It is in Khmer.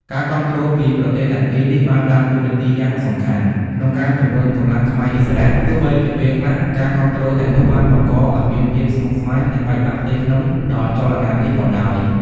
ការគាំទ្រពីប្រទេសទាំងពីរនេះបានដើរតួនាទីយ៉ាងសំខាន់ក្នុងការជំរុញកម្លាំងខ្មែរឥស្សរៈ ទោះបីជាពេលខ្លះការគាំទ្រទាំងនោះបានបង្កឱ្យមានភាពស្មុគស្មាញ និងបែកបាក់ផ្ទៃក្នុងដល់ចលនានេះក៏ដោយ។